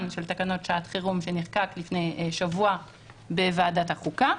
של תקנות שעת חירום שנחקק לפני שבוע בוועדת החוקה,